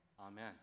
Amen